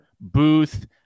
Booth